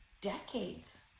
decades